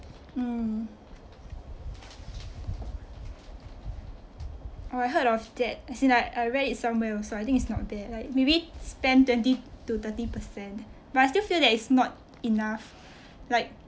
mm oh I heard of that as in I I read somewhere also I think it's not bad like maybe spend twenty to thirty percent but I still think that is still not enough like